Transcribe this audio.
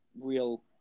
real